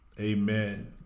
Amen